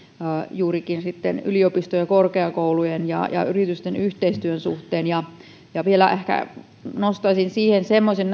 juurikin yliopistojen ja korkeakoulujen ja ja yritysten yhteistyön suhteen vielä ehkä nostaisin siihen semmoisen